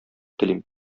телим